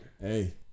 Hey